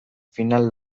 final